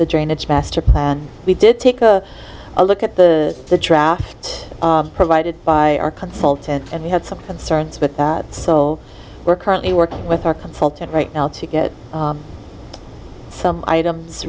the drainage master plan we did take a look at the the draft provided by our consultant and we had some concerns with that so we're currently working with our consultant right now to get some items